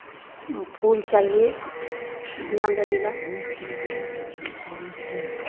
फूल चाहिए कितना लगेगा